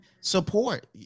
support